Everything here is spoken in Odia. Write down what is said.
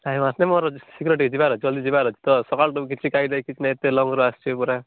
ନାଇଁ ମୋର ଶୀଘ୍ର ଟିକେ ଯିବାର ଅଛି ଜଲଦି ଯିବାର ଅଛି ତ ସକାଳଠୁ ତ ମୁଁ କିଛି ଖାଇ ନାହିଁ କିଛି ନାହିଁ ତେଲ ମୋର ଆସିଛି ପରା